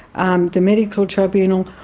um the medical tribunal,